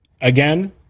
again